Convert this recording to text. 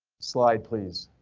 slide, please.